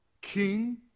king